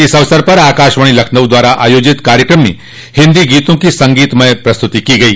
इस अवसर पर आकाशवाणी लखनऊ द्वारा आयोजित कार्यक्रम में हिन्दी गीतों की संगीतमय प्रस्तुति की गई